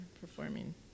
performing